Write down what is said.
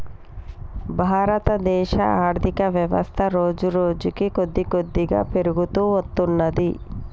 భారతదేశ ఆర్ధికవ్యవస్థ రోజురోజుకీ కొద్దికొద్దిగా పెరుగుతూ వత్తున్నది